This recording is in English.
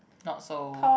not so